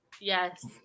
Yes